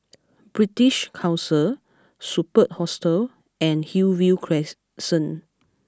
British Council Superb Hostel and Hillview Crescent